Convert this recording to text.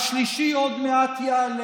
השלישי עוד מעט יעלה,